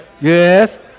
Yes